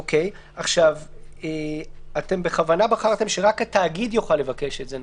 אתם בכוונה בחרתם שרק התאגיד יוכל לבקש את זה.